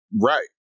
Right